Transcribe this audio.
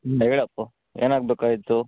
ಹ್ಞೂ ಹೇಳಪ್ಪಾ ಏನಾಗಬೇಕಾಗಿತ್ತು